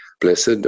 blessed